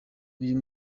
uyu